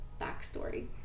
backstory